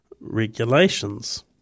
regulations